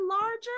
larger